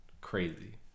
crazy